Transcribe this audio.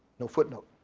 no footnote.